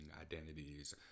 identities